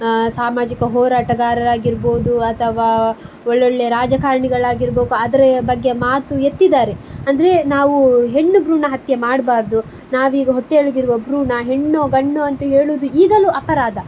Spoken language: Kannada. ಸಾಮಾಜಿಕ ಹೋರಾಟಗಾರರಾಗಿರ್ಬೋದು ಅಥವಾ ಒಳ್ಳೊಳ್ಳೆ ರಾಜಕಾರಣಿಗಳಾಗಿರಬೇಕು ಆದರೆ ಬಗ್ಗೆ ಮಾತು ಎತ್ತಿದ್ದಾರೆ ಅಂದರೆ ನಾವು ಹೆಣ್ಣು ಭ್ರೂಣ ಹತ್ಯೆ ಮಾಡಬಾರ್ದು ನಾವೀಗ ಹೊಟ್ಟೆಯೊಳಗಿರುವ ಭ್ರೂಣ ಹೆಣ್ಣೋ ಗಂಡೋ ಅಂತ ಹೇಳೋದು ಈಗಲೂ ಅಪರಾಧ